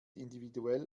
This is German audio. individuell